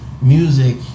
music